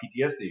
PTSD